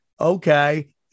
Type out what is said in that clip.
Okay